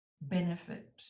benefit